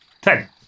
Ten